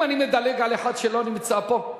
אם אני מדלג על אחד שלא נמצא פה,